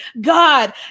God